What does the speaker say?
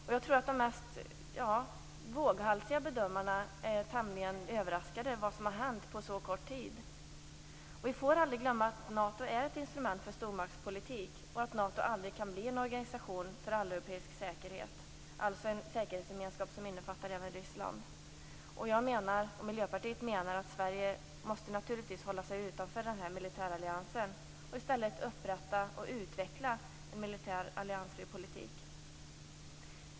De mest våghalsiga bedömarna är tämligen överraskade över vad som hänt på så kort sikt. Vi får aldrig glömma att Nato är ett instrument för stormaktspolitik och att Nato aldrig kan bli en organisation för alleuropeisk säkerhet, alltså en säkerhetsgemenskap som även innefattar Ryssland. Jag och Miljöpartiet menar att Sverige naturligtvis måste hålla sig utanför denna militärallians och i stället upprätta och utveckla en militärt alliansfri politik.